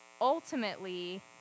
ultimately